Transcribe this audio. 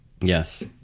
Yes